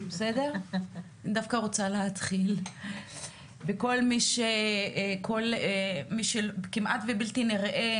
אני דווקא רוצה להתחיל בכל מי שכמעט ובלתי נראה,